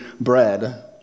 bread